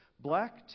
black